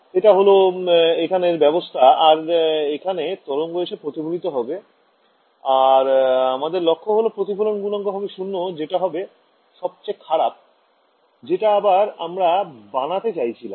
এটা হল এখানের ব্যবস্থা আর এখানে তরঙ্গ এসে প্রতিফলিত হবে আর আমাদের লক্ষ্য হল প্রতিফলন গুনাঙ্ক হবে ০ যেটা হবে সবচেয়ে খারাপ যেটা আবার আমরা বানাতে চাইছিলাম